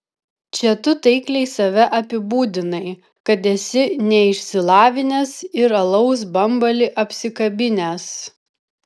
čia tu taikliai save apibūdinai kad esi neišsilavinęs ir alaus bambalį apsikabinęs